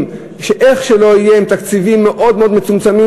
שאיך שלא יהיה הם תקציבים מאוד מצומצמים.